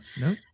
No